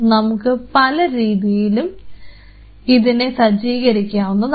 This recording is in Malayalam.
നമുക്ക് പല രീതിയിലും ഇതിനെ സജ്ജീകരിക്കാവുന്നതാണ്